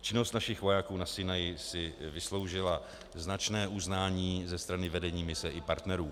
Činnost našich vojáků na Sinaji si vysloužila značné uznání ze strany vedení mise i partnerů.